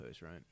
right